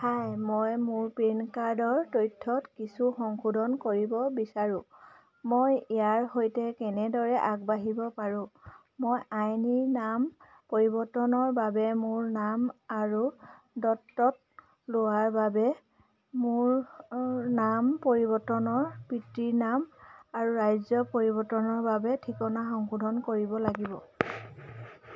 হাই মই মোৰ পেন কাৰ্ডৰ তথ্যত কিছু সংশোধন কৰিব বিচাৰোঁ মই ইয়াৰ সৈতে কেনেদৰে আগবাঢ়িব পাৰোঁ মই আইনী নাম পৰিৱৰ্তনৰ বাবে মোৰ নাম আৰু দত্তক লোৱাৰ বাবে মোৰ নাম পৰিৱৰ্তনৰ পিতৃৰ নাম আৰু ৰাজ্যৰ পৰিৱৰ্তনৰ বাবে ঠিকনা সংশোধন কৰিব লাগিব